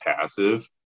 passive